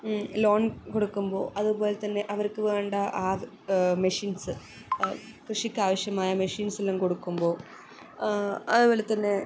loan കൊടുക്കുമ്പോൾ അത്പോലെ തന്നെ അവർക്ക് വേണ്ട ആ മെഷീൻസ്സ് കൃഷിക്കാവശ്യമായ മെഷീൻസ്സെല്ലാം കൊടുക്കുമ്പോൾ അതുപോലെ തന്നെ